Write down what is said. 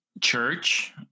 church